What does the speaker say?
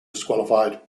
disqualified